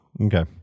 Okay